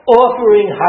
offering